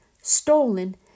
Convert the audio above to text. Stolen